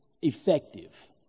effective